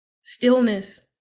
stillness